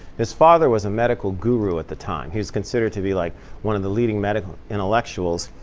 his father was a medical guru at the time. he was considered to be like one of the leading medical intellectuals.